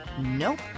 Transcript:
Nope